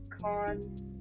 cons